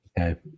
Okay